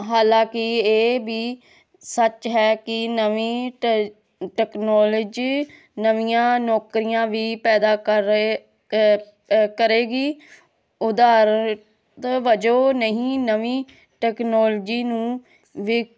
ਹਾਲਾਂਕਿ ਇਹ ਵੀ ਸੱਚ ਹੈ ਕਿ ਨਵੀਂ ਟੈ ਟੈਕਨੋਲੋਜੀ ਨਵੀਆਂ ਨੌਕਰੀਆਂ ਵੀ ਪੈਦਾ ਕਰ ਰਹੇ ਕ ਕਰੇਗੀ ਉਦਾਹਰਣ ਵਜੋਂ ਨਹੀਂ ਨਵੀਂ ਟੈਕਨੋਲਜੀ ਨੂੰ ਵਿਕ